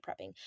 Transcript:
prepping